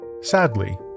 Sadly